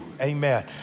Amen